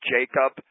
Jacob